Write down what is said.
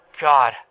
god